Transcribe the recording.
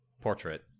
portrait